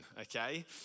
okay